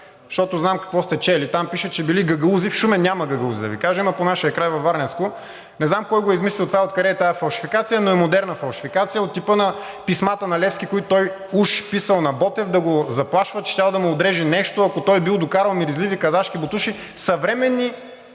защото знам какво сте чели, там пише, че били гагаузи. В Шумен няма гагаузи да Ви кажа, има по нашия край, във Варненско. Не знам кой го е измислил това и откъде е тази фалшификация, но е модерна фалшификация от типа на писмата на Левски, които той уж писал на Ботев да го заплашва, че щял да му отреже нещо, ако той бил докарал миризливи казашки ботуши… Съвременни